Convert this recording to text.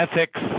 ethics